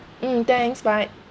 mm thanks bye